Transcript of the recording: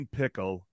pickle